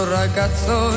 ragazzo